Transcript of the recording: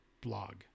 blog